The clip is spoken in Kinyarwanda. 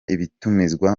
ibitumizwa